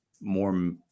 more